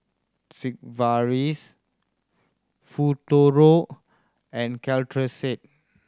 Sigvaris Futuro and Caltrate